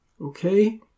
Okay